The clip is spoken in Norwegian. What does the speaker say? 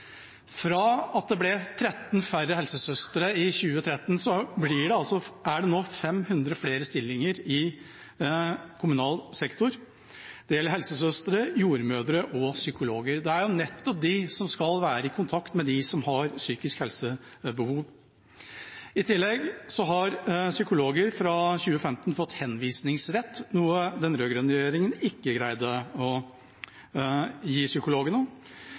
fra SV etterlyste. Fra at det ble 13 færre helsesøstre i 2013, er det nå 500 flere stillinger i kommunal sektor. Det gjelder helsesøstre, jordmødre og psykologer, nettopp de som skal være i kontakt med dem som har behov for psykiske helsehjelp. I tillegg har psykologer fått henvisningsrett fra 2015, noe den rød-grønne regjeringa ikke greide å gi